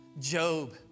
Job